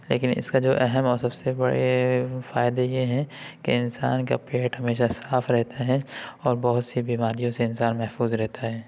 لیکن اس کا جو اہم اور سب سے بڑے فائدے یہ ہیں کہ انسان کا پیٹ ہمیشہ صاف رہتا ہے اور بہت سی بیماریوں سے انسان محفوظ رہتا ہے